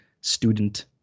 student